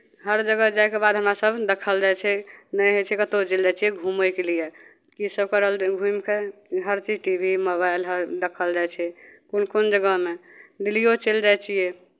हर जगह जायके बाद हमरा सभ देखल जाइ छै नहि होइ छै कतहु चलि जाइ छियै घूमयके लिए कीसभ करब घुमि कऽ हर चीज टी वी मोबाइल हर देखल जाइ छै कोन कोन जगहमे दिल्लीओ चलि जाइ छियै